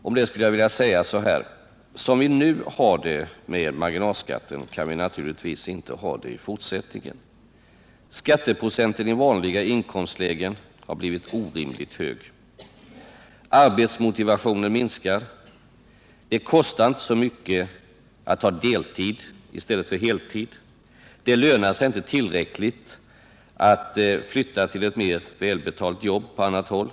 Om detta skulle jag, herr talman, vilja säga: Som vi nu har det med marginalskatten kan vi naturligtvis inte ha det i fortsättningen. Skatteprocenten i vanliga inkomstlägen har blivit orimligt hög. Arbetsmotivationen minskar. Det kostar inte så mycket att arbeta deltid i stället för heltid. Det lönar sig inte tillräckligt att flytta till ett mer välbetalt jobb på annat håll.